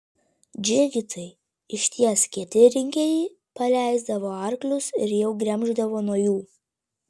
džigitai iš ties kieti rinkėjai paleisdavo arklius ir jau gremždavo nuo jų